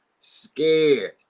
Scared